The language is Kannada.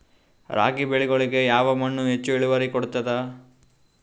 ರಾಗಿ ಬೆಳಿಗೊಳಿಗಿ ಯಾವ ಮಣ್ಣು ಇಳುವರಿ ಹೆಚ್ ಕೊಡ್ತದ?